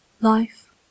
life